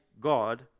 God